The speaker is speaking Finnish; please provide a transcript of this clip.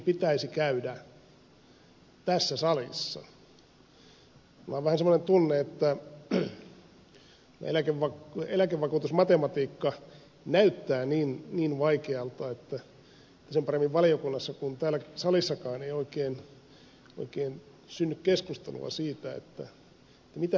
minulla on vähän semmoinen tunne että eläkevakuutusmatematiikka näyttää niin vaikealta että sen paremmin valiokunnassa kuin täällä salissakaan ei oikein synny keskustelua siitä mitä me haluamme